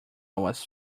was